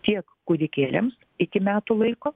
tiek kūdikėliams iki metų laiko